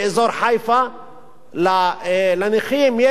באזור חיפה יש לנכים,